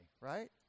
right